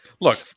Look